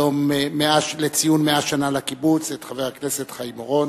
יום לציון 100 שנה לקיבוץ, חבר הכנסת חיים אורון,